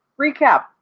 recap